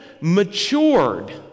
matured